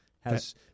has-